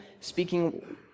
speaking